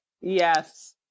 yes